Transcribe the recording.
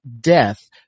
death